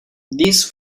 these